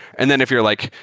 and then if you're like,